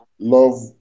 Love